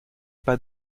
pas